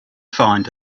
find